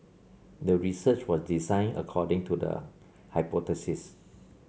the research was designed according to the hypothesis